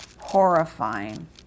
horrifying